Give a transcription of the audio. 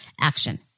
action